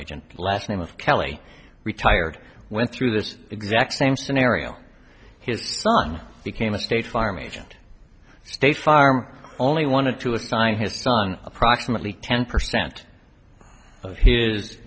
agent last name of kelly retired went through this exact same scenario his son became a state farm agent state farm only wanted to assign his son approximately ten percent